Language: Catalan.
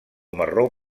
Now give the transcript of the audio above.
marró